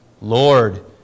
Lord